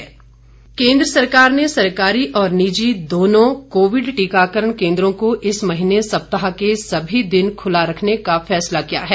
टीकाकरण केन्द्र केन्द्र सरकार ने सरकारी और निजी दोनों कोविड टीकाकरण केंद्रों को इस महीने सप्ताह के सभी दिन खुला रखने का फैसला किया है